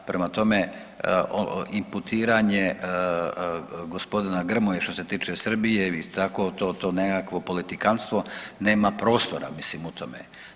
Prema tome imputiranje g. Grmoje što se tiče Srbije i tako to, to nekakvo politikanstvo nema prostora mislim o tome.